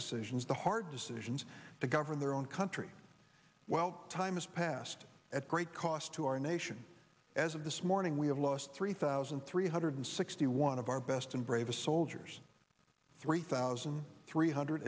decisions the hard decisions to govern their own country well time is passed at great cost to our nation as of this morning we have lost three thousand three hundred sixty one of our best and bravest soldiers three thousand three